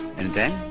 and then,